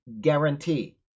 guarantee